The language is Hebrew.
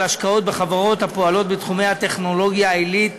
השקעות בחברות הפועלות בתחומי הטכנולוגיה העילית,